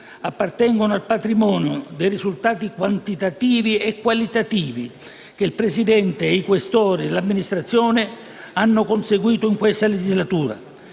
appartengono al patrimonio dei risultati quantitativi e qualitativi che il Presidente, i Questori e l'Amministrazione hanno conseguito in questa legislatura.